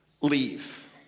leave